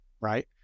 Right